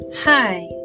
hi